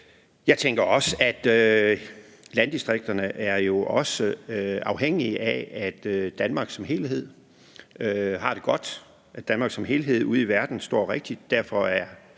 Jeg tænker også, at landdistrikterne jo også er afhængige af, at Danmark som helhed har det godt; at Danmark som helhed ude i verden står rigtigt. Derfor er